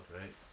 right